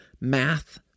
math